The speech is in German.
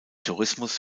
tourismus